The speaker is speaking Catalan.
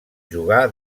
jugà